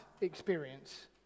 experience